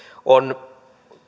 on